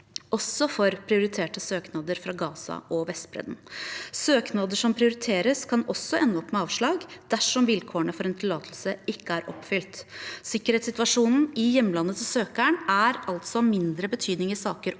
også for prioriterte søknader fra Gaza og Vestbredden. Søknader som prioriteres, kan også ende opp med avslag dersom vilkårene for en tillatelse ikke er oppfylt. Sikkerhetssituasjonen i hjemlandet til søkeren er altså av mindre betydning i saker